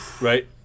right